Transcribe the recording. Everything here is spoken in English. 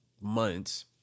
months